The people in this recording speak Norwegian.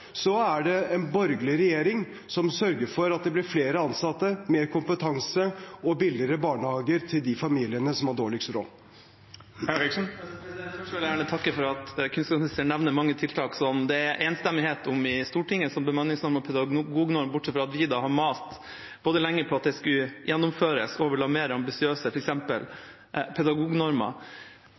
er det en borgerlig regjering som sørger for at det blir flere ansatte, mer kompetanse og billigere barnehager til de familiene som har dårligst råd. Først vil jeg gjerne takke for at kunnskapsministeren nevner mange tiltak som det er enstemmighet om i Stortinget, som bemanningsnorm og pedagognorm – bortsett fra at vi har mast lenge på både at det skulle gjennomføres, og at vi ville ha mer ambisiøse pedagognormer,